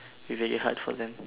very hard for them